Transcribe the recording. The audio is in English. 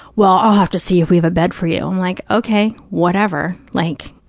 well, i'll have to see if we have a bed for you. i'm like, okay, whatever. like,